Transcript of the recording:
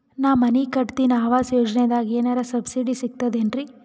ನಾ ಮನಿ ಕಟಕತಿನಿ ಆವಾಸ್ ಯೋಜನದಾಗ ಏನರ ಸಬ್ಸಿಡಿ ಸಿಗ್ತದೇನ್ರಿ?